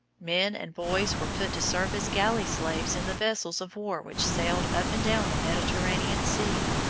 men and boys were put to serve as galley-slaves in the vessels of war which sailed up and down the mediterranean sea,